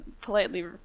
Politely